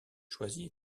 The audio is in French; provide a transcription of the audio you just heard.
choisies